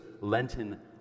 Lenten